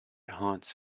haunts